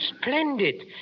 splendid